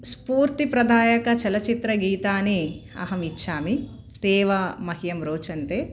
स्फूर्तिप्रदायकचलच्चित्रगीतानि अहम् इच्छामि ते एव मह्यं रोचन्ते